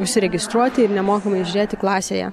užsiregistruoti ir nemokamai žiūrėti klasėje